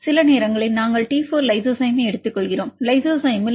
சில நேரங்களில் நாங்கள் T4 லைசோசைமை எடுத்துக்கொள்கிறோம் லைசோசைமில்